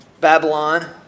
Babylon